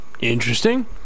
Interesting